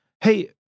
hey